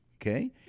okay